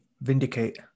vindicate